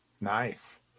Nice